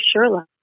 Sherlock